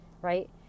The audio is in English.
Right